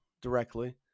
directly